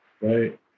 right